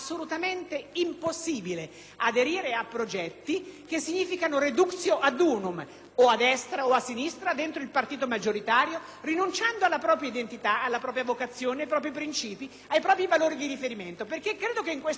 a destra o a sinistra dentro il partito maggioritario, rinunciando alla propria identità, alla propria vocazione, ai propri princìpi, ai propri valori di riferimento. Io credo che nel nostro Paese la libertà per tutti e per ciascuno di poter esprimere i valori, i propri convincimenti,